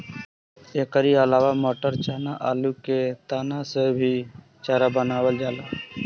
एकरी अलावा मटर, चना, आलू के तना से भी चारा बनावल जाला